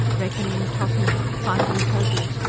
reckoning, totting up, finding totals,